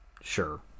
sure